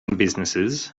businesses